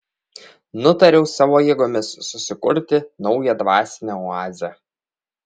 nutariau savo jėgomis susikurti naują dvasinę oazę